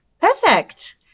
perfect